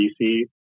DC